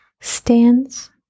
stands